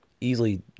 Easily